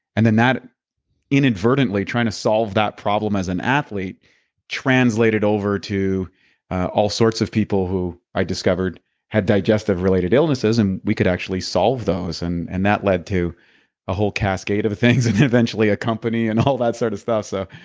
and then that inadvertently trying to solve that problem as an athlete translated over to all sorts of people who i discovered had digestive related illnesses and we could actually solve those, and and that led to a whole cascade of things and eventually a company and all that sort of stuff. so,